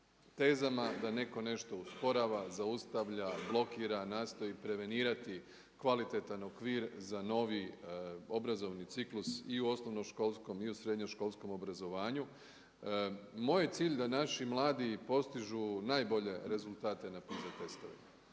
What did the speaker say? tezama da netko nešto osporava, zaustavlja, blokira, nastoji prevenirati kvalitetan okvir za novi obrazovni ciklus i u osnovnoškolskom i u srednjoškolskom obrazovanju. Moj je cilj da naši mladi postižu najbolje rezultate na …/Govornik